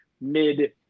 mid